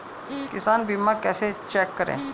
किसान बीमा कैसे चेक करें?